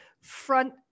front